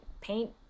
paint